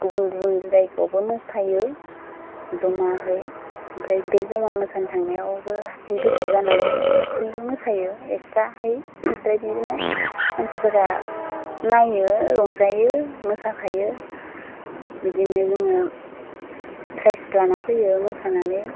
गुबुन गुबुन जायगायावबो मोसायो ज'मायै ओमफ्राय बे ज'मा मोसानो थांनायाव हारसिं गोसो जानानै हारसिंबो मोसायो एकस्रायै ओमफ्राय बिदिनो मानसिफोरा नायो रंजायो मोसाफायो बिदिनो जोङो प्राइज लाना फैयो मोसानानै